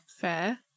Fair